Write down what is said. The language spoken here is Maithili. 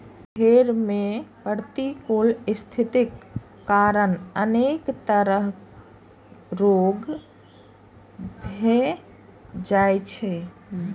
भेड़ मे प्रतिकूल स्थितिक कारण अनेक तरह रोग भए जाइ छै